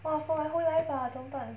!wah! for my whole life ah 怎么办